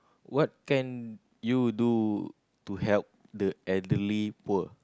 what can you do to help the elderly poor